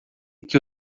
que